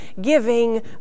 giving